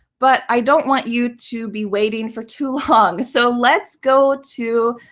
but i don't want you to be waiting for too long. so let's go to